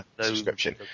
subscription